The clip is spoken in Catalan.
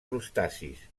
crustacis